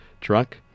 truck